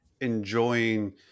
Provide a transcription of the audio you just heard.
enjoying